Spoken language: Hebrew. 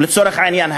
לצורך העניין,